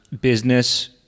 business